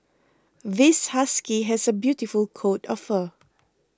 this husky has a beautiful coat of fur